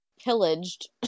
pillaged